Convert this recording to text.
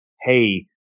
hey